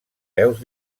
veus